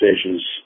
stations